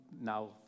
now